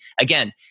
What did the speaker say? again